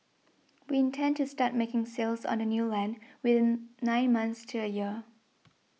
we intend to start making sales on the new land within nine months to a year